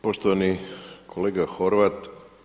Poštovani kolega Horvat.